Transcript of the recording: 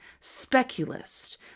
speculist